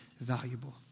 valuable